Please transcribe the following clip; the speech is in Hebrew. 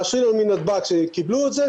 מאשרים לנו מנתב"ג שקיבלו את זה,